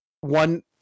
one